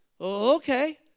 Okay